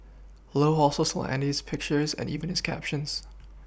low also stole andy's pictures and even his captions